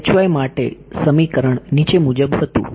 તેથી માટે સમીકરણ નીચે મુજબ હતું